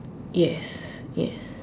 yes yes